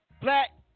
black